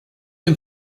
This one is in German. dem